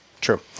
True